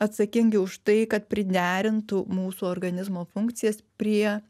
atsakingi už tai kad priderintų mūsų organizmo funkcijas prie